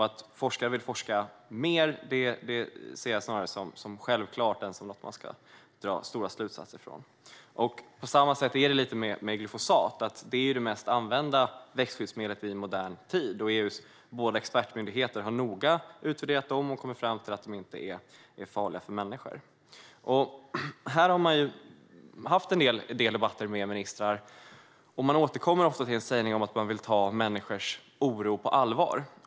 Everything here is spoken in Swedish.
Att forskare vill forska mer ser jag snarare som självklart än något som man ska dra stora slutsatser av. Det är lite på samma sätt med glyfosat, som är det mest använda växtskyddsmedlet i modern tid. EU:s båda expertmyndigheter har noga utvärderat det och kommit fram till att det inte är farligt för människor. Det har varit en del debatter om de här frågorna med ministrar, och man återkommer ofta med att man vill ta människors oro på allvar.